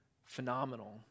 phenomenal